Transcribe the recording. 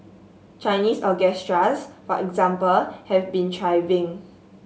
Chinese orchestras for example have been thriving